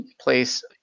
place